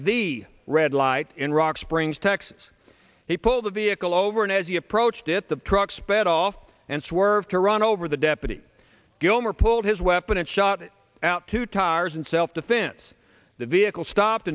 the red light in rock springs texas he pulled the vehicle over and as he approached it the truck sped off and swerved to run over the deputy gilmer pulled his weapon and shot it out two tires in self defense the vehicle stopped